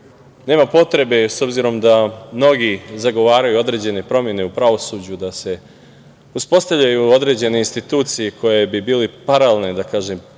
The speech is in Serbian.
nema potrebe, s obzirom da mnogi zagovaraju određene promene u pravosuđu da se uspostavljaju određene institucije, koje bi bile paralelne